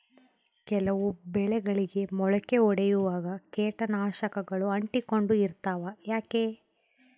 ಕೆಲವು ಬೆಳೆಗಳಿಗೆ ಮೊಳಕೆ ಒಡಿಯುವಾಗ ಕೇಟನಾಶಕಗಳು ಅಂಟಿಕೊಂಡು ಇರ್ತವ ಯಾಕೆ?